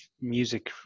music